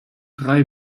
drei